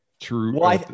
true